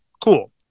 cool